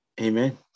Amen